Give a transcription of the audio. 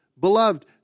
beloved